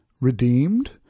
redeemed